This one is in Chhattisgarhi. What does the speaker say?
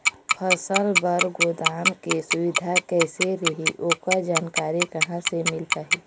फसल बर गोदाम के सुविधा कैसे रही ओकर जानकारी कहा से मिल पाही?